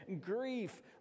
grief